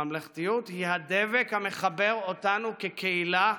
הממלכתיות היא הדבק המחבר אותנו כקהילה,